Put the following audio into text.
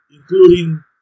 including